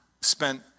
spent